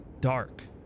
dark